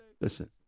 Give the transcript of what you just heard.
Listen